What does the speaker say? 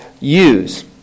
use